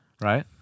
Right